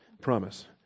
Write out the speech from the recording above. promise